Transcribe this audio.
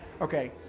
Okay